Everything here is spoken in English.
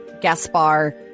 Gaspar